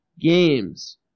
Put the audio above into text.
games